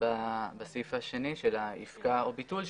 בסעיף השני של העסקה או ביטול,